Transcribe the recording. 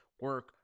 Work